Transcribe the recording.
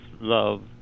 love